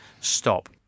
stop